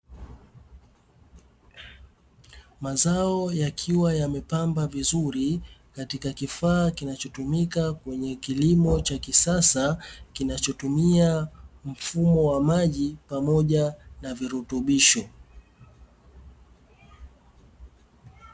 Mazao yakiwa yamepandwa vizuri katika kifaa cha kilimo cha kisasa kinachotumia mfumo wa maji pamoja na virutubisho.